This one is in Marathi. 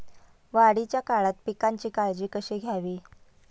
वाढीच्या काळात पिकांची काळजी कशी घ्यावी?